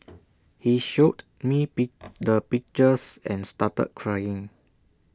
he showed me beat the pictures and started crying